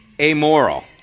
amoral